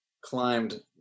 climbed